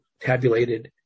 tabulated